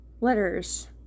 letters